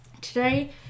Today